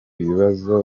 bibazo